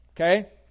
Okay